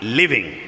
living